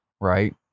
Right